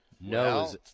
No